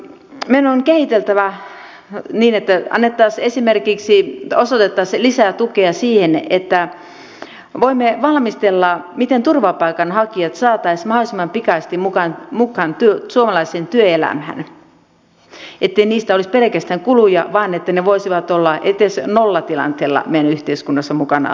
meidän on kehiteltävä niin että osoitettaisiin lisää tukea siihen että voimme valmistella miten turvapaikanhakijat saataisiin mahdollisimman pikaisesti mukaan suomalaiseen työelämään ettei heistä olisi pelkästään kuluja vaan että he voisivat olla edes nollatilanteella meidän yhteiskunnassamme mukana aluksi